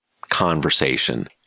conversation